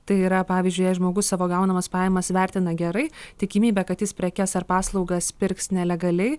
tai yra pavyzdžiui jei žmogus savo gaunamas pajamas vertina gerai tikimybė kad jis prekes ar paslaugas pirks nelegaliai